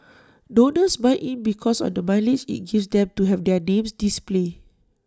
donors buy in because of the mileage IT gives them to have their names displayed